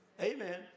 Amen